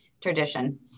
tradition